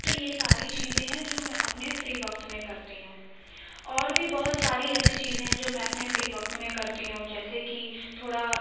تو یہ ساری چیزیں ہیں جو میں اپنے فری وقت میں کرتی ہوں اور بھی بہت ساری ایسی چیزیں ہیں جو میں اپنے فری وقت میں کرتی ہوں جیسے کہ تھوڑا